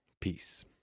Peace